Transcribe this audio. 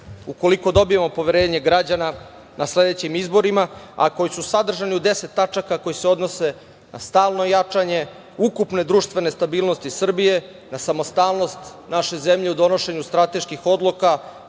ukoliko dobijemo poverenje građana na sledećim izborima, a koji su sadržani u 10 tačaka koje se odnose na stalno jačanje ukupne društvene stabilnosti Srbije, na samostalnost naše zemlje u donošenju strateških odluka,